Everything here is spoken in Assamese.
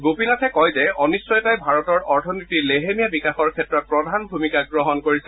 গোপীনাথে কয় যে অনিশ্চয়তাই ভাৰতৰ অৰ্থনীতিৰ লেহেমিয়া বিকাশৰ ক্ষেত্ৰত প্ৰধান ভূমিকা গ্ৰহণ কৰিছে